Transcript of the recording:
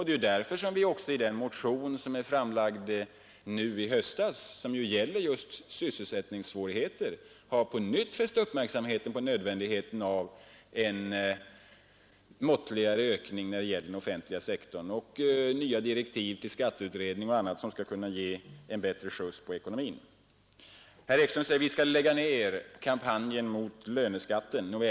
Det är därför som vi också i den motion som framlades i höstas och som gäller just sysselsättningssvårigheter på nytt fäst uppmärksamheten på nödvändigheten av en måttligare ökning när det annat som skall kunna sätta bättre skjuts på ekonomin. Herr Ekström säger att vi skall lägga ned kampanjen mot löneskatten.